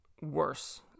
worse